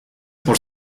por